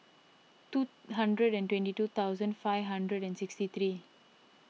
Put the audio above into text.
two hundred and twenty two thousand five hundred and sixty three